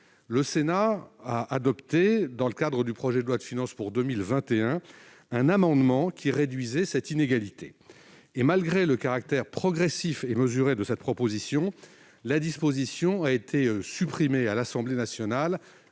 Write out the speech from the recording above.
Le Sénat a adopté dans le cadre du projet de loi de finances pour 2021 un amendement qui réduisait cette inégalité. Malgré le caractère progressif et mesuré de cette proposition, la disposition a été supprimée à l'Assemblée nationale